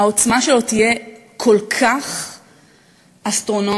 העוצמה שלו תהיה כל כך אסטרונומית,